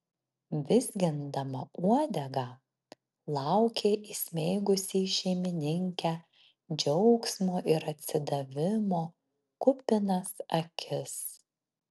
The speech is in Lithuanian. vizgindama uodegą laukė įsmeigusi į šeimininkę džiaugsmo ir atsidavimo kupinas akis